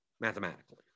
Mathematically